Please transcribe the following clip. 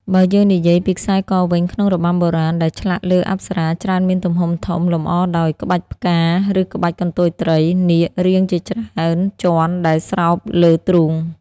បើយើងនិយាយពីខ្សែកវិញក្នុងរបាំបុរាណ ដែលឆ្លាក់លើអប្សរាច្រើនមានទំហំធំ លម្អដោយ ក្បាច់ផ្កា ឬក្បាច់កន្ទុយត្រី/នាគ រាងជាច្រើនជាន់ដែលស្រោបលើទ្រូង។